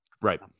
right